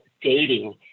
dating